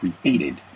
created